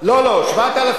7,000